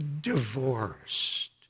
divorced